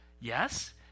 Yes